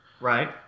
Right